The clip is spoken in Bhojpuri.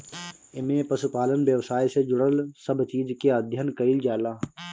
एमे पशुपालन व्यवसाय से जुड़ल सब चीज के अध्ययन कईल जाला